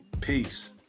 peace